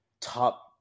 top